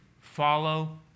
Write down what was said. Follow